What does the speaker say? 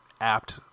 apt